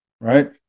right